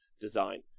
design